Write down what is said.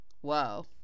Whoa